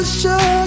show